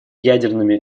ядерными